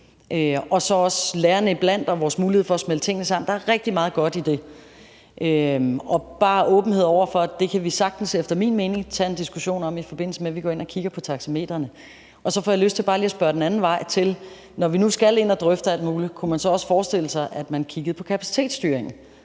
også blandt lærerne. Det giver os mulighed for at smelte tingene sammen. Der er rigtig meget godt i det. Og der er åbenhed over for, at vi sagtens efter min mening kan tage en diskussion om det, i forbindelse med at vi går ind og kigger på taxametrene. Så får jeg lyst til bare lige at spørge den anden vej: Når vi nu skal ind og drøfte alt muligt, kunne man så også forestille sig, at man kiggede på kapacitetsstyringen?